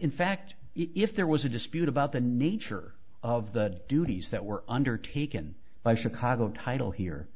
in fact if there was a dispute about the nature of the duties that were undertaken by chicago title here